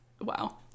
Wow